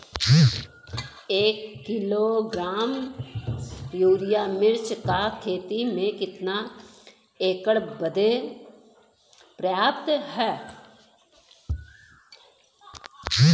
एक kilogram urea मिर्च क खेती में कितना एकड़ बदे पर्याप्त ह?